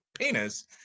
penis